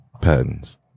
patents